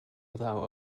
without